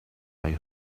they